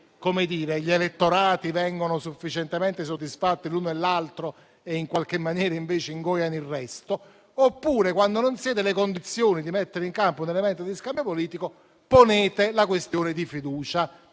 e l’altro elettorato vengono sufficientemente soddisfatti e in qualche maniera ingoiano il resto; oppure, quando non siete nelle condizioni di mettere in campo un elemento di scambio politico, ponete la questione di fiducia.